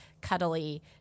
cuddly